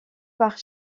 part